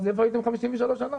אז איפה הייתם 53 שנים?